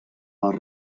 les